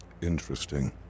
Interesting